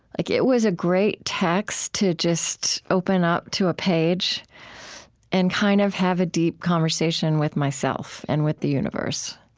like it was a great text to just open up to a page and kind of have a deep conversation with myself and with the universe.